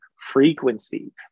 frequency